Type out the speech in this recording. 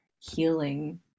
healing